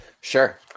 Sure